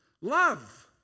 Love